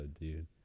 dude